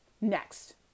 next